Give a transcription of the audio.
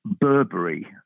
Burberry